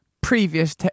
previous